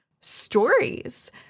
stories